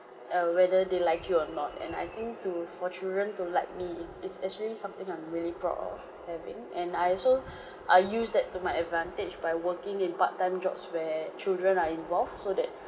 uh whether they like it or not and I think to for children to like me i~ it's actually something I'm really proud of having and I also I use that to my advantage by working in part-time jobs where children are involved so that